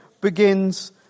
begins